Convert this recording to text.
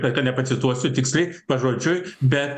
ka nepacituosiu tiksliai pažodžiui bet